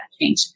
change